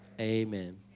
amen